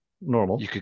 normal